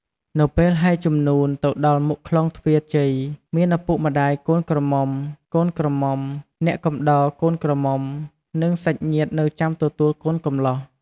នៅពេលហែជំនូន ទៅដល់មុខក្លោងទ្វាជ័យ មានឪពុកម្តាយកូនក្រមុំ កូនក្រមុំ អ្នកកំដរកូនក្រមុំនិងសាច់ញាតិនៅចាំទទួលកូនកំលោះ។